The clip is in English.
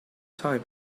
time